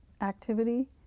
activity